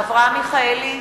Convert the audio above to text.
(קוראת בשמות חברי הכנסת) אברהם מיכאלי,